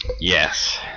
Yes